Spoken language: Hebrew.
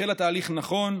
החלה תהליך נכון,